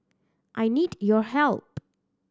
I need your help